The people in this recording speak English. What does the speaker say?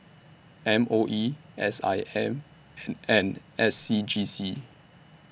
M O E S I M and and S C G C